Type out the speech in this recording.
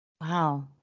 Wow